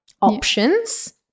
options